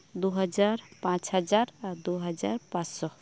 ᱫᱩᱦᱟᱡᱟᱨ ᱯᱟᱸᱪ ᱦᱟᱡᱟᱨ ᱫᱩᱦᱟᱡᱟᱨ ᱯᱟᱸᱪᱥᱚ